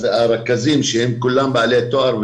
הרכזים שהם כולם בעלי תואר,